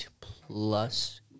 plus